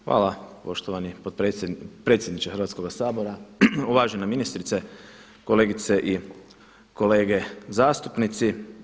Hvala poštovani predsjedniče Hrvatskoga sabora, uvažena ministrice, kolegice i kolege zastupnici.